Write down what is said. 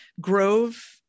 Grove